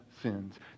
sins